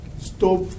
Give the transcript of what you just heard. stop